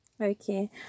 Okay